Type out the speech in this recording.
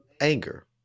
anger